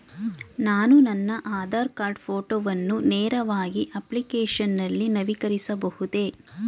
ನಾನು ನನ್ನ ಆಧಾರ್ ಕಾರ್ಡ್ ಫೋಟೋವನ್ನು ನೇರವಾಗಿ ಅಪ್ಲಿಕೇಶನ್ ನಲ್ಲಿ ನವೀಕರಿಸಬಹುದೇ?